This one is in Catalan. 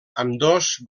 ambdós